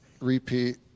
repeat